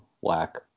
Whack